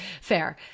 Fair